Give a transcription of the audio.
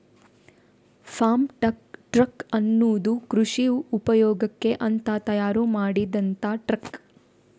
form truck ಅನ್ನುದು ಕೃಷಿ ಉಪಯೋಗಕ್ಕೆ ಅಂತ ತಯಾರು ಮಾಡಿದಂತ ಟ್ರಕ್